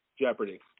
Jeopardy